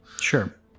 Sure